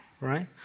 right